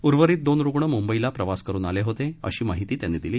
उर्वरित दोन रुग्ण मुंबईला प्रवास करून आले होते अशी माहिती त्यांनी दिली